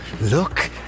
look